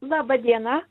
laba diena